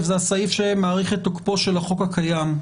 הוא הסעיף שמאריך את תוקפו של החוק הקיים.